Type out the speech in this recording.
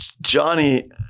Johnny